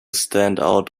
standout